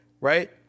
right